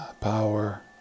power